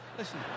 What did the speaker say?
listen